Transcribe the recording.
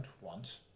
want